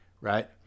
right